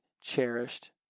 cherished